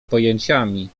pojęciami